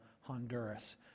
Honduras